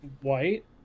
white